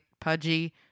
pudgy